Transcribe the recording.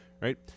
right